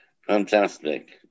Fantastic